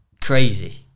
crazy